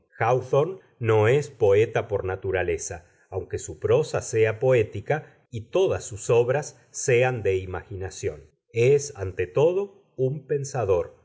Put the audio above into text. háwthorne no es poeta por naturaleza aunque su prosa sea poética y todas sus obras sean de imaginación es ante todo un pensador